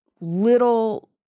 little